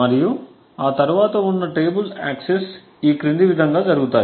మరియు ఆ తరువాత వున్న టేబుల్ యాక్సెస్ ఈ క్రింది విధంగా జరుగుతాయి